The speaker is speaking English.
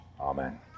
Amen